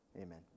Amen